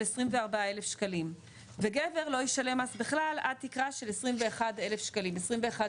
24,000 שקלים וגבר לא ישלם מס בכלל עד תקרה של 21,600 שקלים.